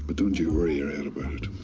but and you worry your head about it.